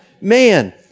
Man